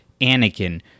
Anakin